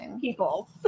people